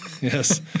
Yes